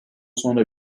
sonra